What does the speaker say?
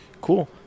Cool